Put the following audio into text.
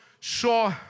saw